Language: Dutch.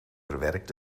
verwerkt